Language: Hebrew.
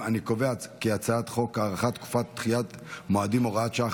חוק הארכת תקופות ודחיית מועדים (הוראת שעה,